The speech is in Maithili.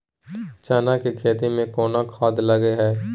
चना के खेती में कोन खाद लगे हैं?